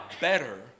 better